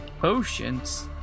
Potions